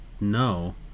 No